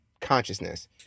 consciousness